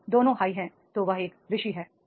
यदि दोनों उच्च हैं तो यह ऋषि है